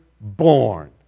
born